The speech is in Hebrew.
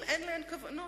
אם אין להן כוונות,